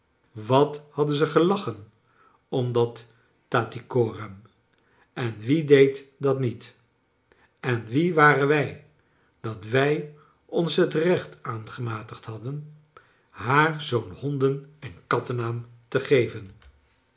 wat hadden ze gelachen om dat tattycoram en wie deed dat niet en wie waren wij dat wij ons het recht aangematigd hadden haar zoo'n honden en kattennaam te geven